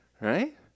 right